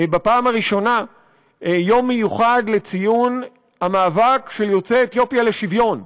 בפעם הראשונה יום מיוחד לציון המאבק של יוצאי אתיופיה לשוויון,